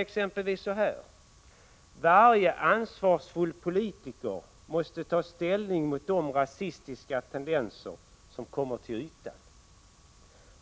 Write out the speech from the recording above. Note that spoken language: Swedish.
Exempelvis så här: ”Varje ansvarsfull politiker måste ta ställning mot de rasistiska tendenser som kommer till ytan.”